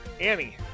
Annie